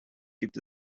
gibt